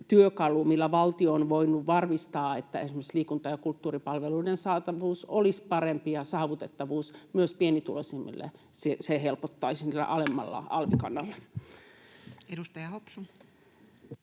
millä valtio on voinut varmistaa, että esimerkiksi liikunta- ja kulttuuripalveluiden saatavuus ja saavutettavuus olisi parempi, myös pienituloisimmille. Se helpottaisi sillä alemmalla alv-kannalla. [Speech 145]